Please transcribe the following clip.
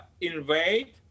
invade